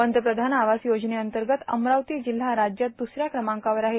पंतप्रधान आवास योजनतगत अमरावती जिल्हा राज्यात दुसऱ्या क्रमांकावर आहे